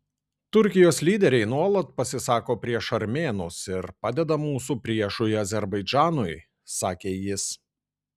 turkijos lyderiai nuolat pasisako prieš armėnus ir padeda mūsų priešui azerbaidžanui sakė jis